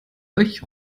euch